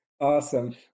Awesome